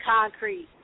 Concrete